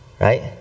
right